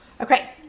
okay